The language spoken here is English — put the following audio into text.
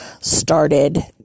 started